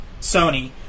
Sony